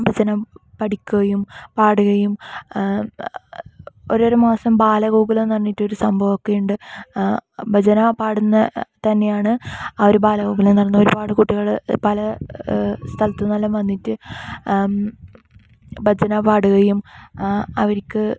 ഭജന പഠിക്കുകയും പാടുകയും ഓരോരോ മാസം ബാലഗോകുലം എന്ന് പറഞ്ഞിട്ടൊരു സംഭവം ഒക്കെ ഉണ്ട് ഭജന പാടുന്ന തന്നെയാണ് ആ ഒരു ബാലഗോകുലം എന്ന് പറയുന്ന ഒരുപാട് കുട്ടികൾ പല സ്ഥലത്തു നിന്നെല്ലാം വന്നിട്ട് ഭജന പാടുകയും അവർക്ക്